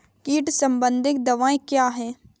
कीट संबंधित दवाएँ क्या हैं?